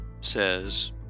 says